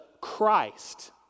Christ